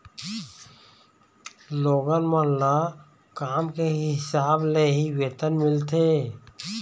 लोगन मन ल काम के हिसाब ले ही वेतन मिलथे